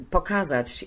Pokazać